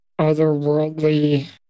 otherworldly